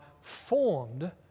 formed